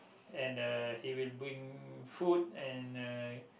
and uh he will bring food and uh